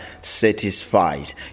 satisfies